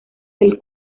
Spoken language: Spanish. del